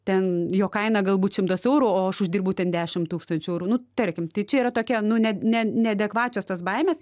ten jo kaina galbūt šimtas eurų o aš uždirbu ten dešim tūkstančių eurų nu tarkim tai čia yra tokia nu ne ne neadekvačios tos baimės